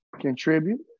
contribute